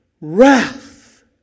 wrath